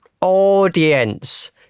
Audience